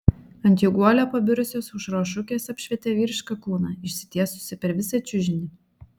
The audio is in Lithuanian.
ant jų guolio pabirusios aušros šukės apšvietė vyrišką kūną išsitiesusį per visą čiužinį